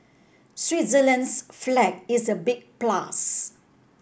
Switzerland's flag is a big plus